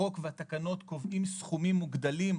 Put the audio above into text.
החוק והתקנות קובעים סכומים מוגדלים,